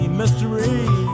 mystery